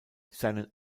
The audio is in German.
seinen